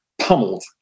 pummeled